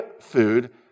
food